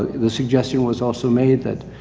the suggestion was also made that,